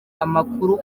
amakuru